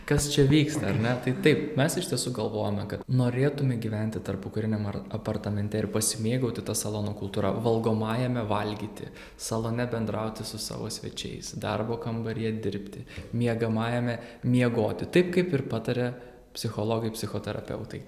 kas čia vyksta ar ne tai taip mes iš tiesų galvojome kad norėtume gyventi tarpukariniam ar apartamente ir pasimėgauti ta salonų kultūra valgomajame valgyti salone bendrauti su savo svečiais darbo kambaryje dirbti miegamajame miegoti taip kaip ir pataria psichologai psichoterapeutai